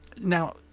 now